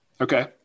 Okay